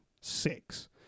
six